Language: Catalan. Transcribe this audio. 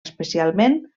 especialment